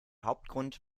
hauptgrund